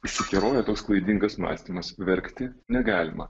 išsikeroja toks klaidingas mąstymas verkti negalima